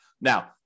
Now